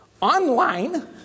online